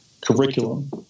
curriculum